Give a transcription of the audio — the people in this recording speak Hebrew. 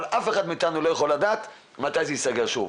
אבל אף אחד מאיתנו לא יכול לדעת מתי זה ייסגר שוב.